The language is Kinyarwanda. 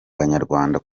banyarwanda